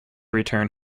return